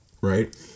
right